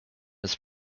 his